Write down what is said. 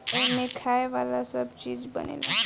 एमें खाए वाला सब चीज बनेला